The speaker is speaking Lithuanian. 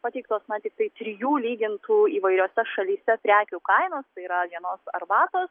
pateiktos na tiktai trijų lygintų įvairiose šalyse prekių kainos tai yra vienos arbatos